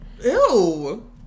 Ew